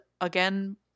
again